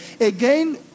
again